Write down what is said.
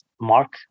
mark